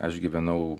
aš gyvenau